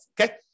Okay